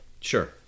Sure